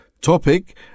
topic